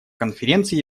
конференции